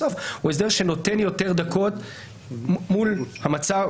בסוף הוא הסדר שנותן הרבה דקות מול המצב.